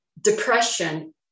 depression